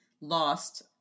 lost